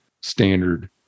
standard